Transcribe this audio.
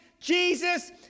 Jesus